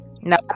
no